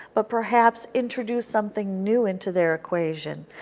but perhaps introduce something new into their equation.